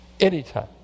Anytime